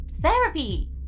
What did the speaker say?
Therapy